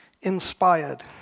inspired